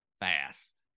fast